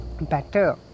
better